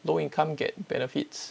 low income get benefits